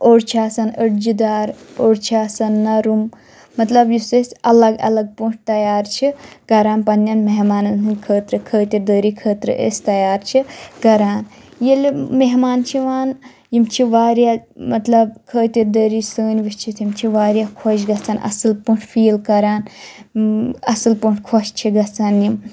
اوٚڑ چھِ آسان أڈجہِ دار اوٚڑ چھِ آسان نَرُم مطلب یُس أسۍ الگ الگ پٲٹھۍ تَیار چھِ کَران پنٕنٮ۪ن مہمانَن ہٕنٛدِ خٲطرٕ خٲطِر دٲری خٲطرٕ أسۍ تیار چھِ کَران ییٚلہِ مہمان چھِ یِوان یِم چھِ واریاہ مطلب خٲطِر دٲری سٲنۍ وُچھِتھ یِم چھِ واریاہ خۄش گژھن اَصٕل پٲٹھۍ فیٖل کَران اَصٕل پٲٹھۍ خۄش چھِ گَژھان یِم